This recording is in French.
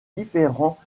différents